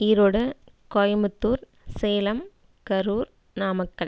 Erode Coimbatore Salem Karur Namakkal